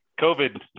COVID